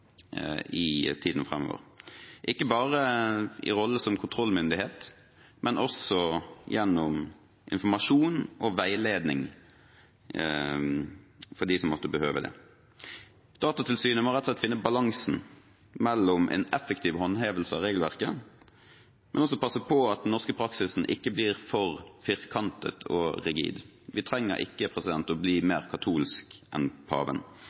i tiden framover, ikke bare i rollen som kontrollmyndighet, men også gjennom informasjon og veiledning for dem som måtte behøve det. Datatilsynet må rett og slett finne balansen mellom en effektiv håndhevelse av regelverket og å passe på at den norske praksisen ikke blir for firkantet og rigid. Vi trenger ikke å bli mer katolske enn paven.